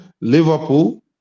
Liverpool